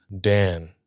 Dan